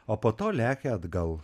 o po to lekia atgal